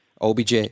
OBJ